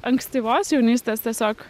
ankstyvos jaunystės tiesiog